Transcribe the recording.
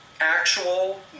actual